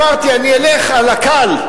אמרתי: אני אלך על הקל,